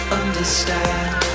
understand